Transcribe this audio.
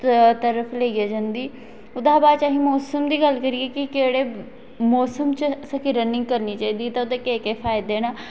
तरफ लेईऐ जंदी ओह्दै छा बाद अस मौसम दी गल्ल करचै कि अस केह्डे मौसम इच असैं रनिंग करनी चाहिदी ते ओह्दे केह् केह् फायदे न